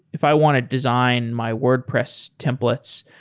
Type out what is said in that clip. if i want to design my wordpress templates,